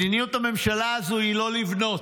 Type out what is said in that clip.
מדיניות הממשלה הזו היא לא לבנות.